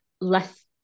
less